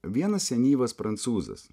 vienas senyvas prancūzas